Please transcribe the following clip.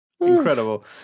incredible